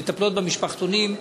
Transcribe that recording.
מטפלות המשפחתונים,